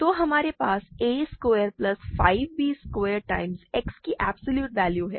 तो हमारे पास a square plus 5 b square times x की एब्सोल्यूट वैल्यू है